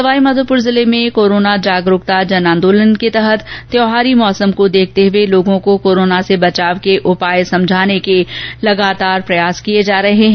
सवाईमाघोपुर जिले में कोरोना जागरुकता जन आंदोलन के तहत त्यौहारी सीजन को देखते हुए लोगों को कोरोना से बचाव के उपाय समझाने के प्रयास लगातार जारी हैं